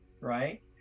right